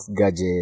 gadgets